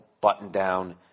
button-down